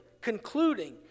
concluding